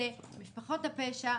משפחות הפשע.